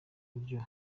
buryo